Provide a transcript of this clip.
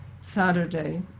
Saturday